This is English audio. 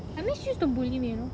I mean she used to bully me you know